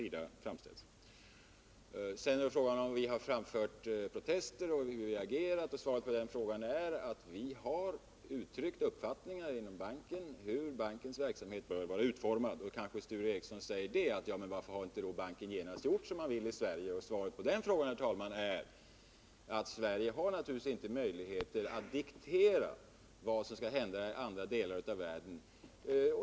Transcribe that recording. Sture Ericson frågade om vi har protesterat och hur vi har agerat. Svaret på den frågan är att vi inom banken har uttryckt en uppfattning om hur bankens verksamhet bör utformas. Då kanske Sture Ericson frågar varför banken inte genast har gjort som Sverige vill. Svaret på den frågan är att Sverige naturligtvis inte har möjlighet att diktera vad som skall hända i alla delar av världen.